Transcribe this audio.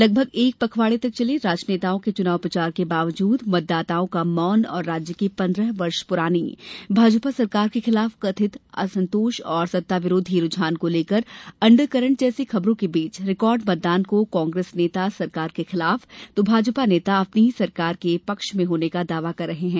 लगभग एक पखवाड़े तक चले राजनेताओं के चुनाव प्रचार के बावजूद मतदाताओं का मौन और राज्य की पंद्रह वर्ष पुरानी भाजपा सरकार के खिलाफ कथित असंतोष और सत्ताविरोधी रूझान को लेकर अंडर करंट जैसी खबरों के बीच रिकार्ड मतदान को कांग्रेस नेता सरकार के खिलाफ तो भाजपा नेता अपनी ही सरकार में पक्ष में होने का दावा कर रहे हैं